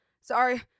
sorry